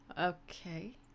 Okay